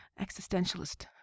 existentialist